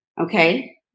Okay